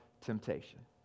temptation